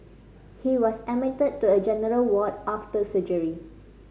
he was admitted to a general ward after surgery